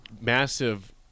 massive